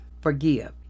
forgive